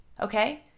Okay